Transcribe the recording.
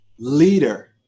leader